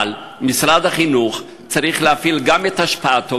אבל משרד החינוך צריך להפעיל גם את השפעתו,